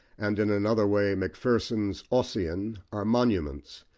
and, in another way, macpherson's ossian are monuments,